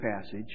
passage